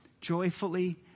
joyfully